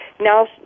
now